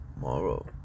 tomorrow